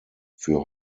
für